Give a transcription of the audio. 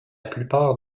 plupart